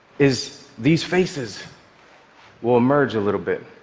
is these faces will emerge a little bit.